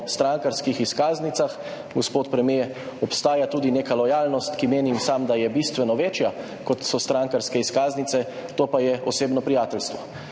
strankarskih izkaznicah. Gospod premier, obstaja tudi neka lojalnost, za katero sam menim, da je bistveno večja, kot so strankarske izkaznice, to pa je osebno prijateljstvo.